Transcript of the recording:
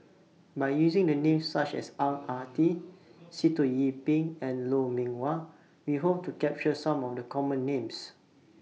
By using The Names such as Ang Ah Tee Sitoh Yih Pin and Lou Mee Wah We Hope to capture Some of The Common Names